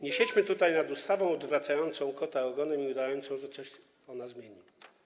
Nie siedźmy tutaj nad ustawą odwracającą kota ogonem i udającą, że coś zmieni.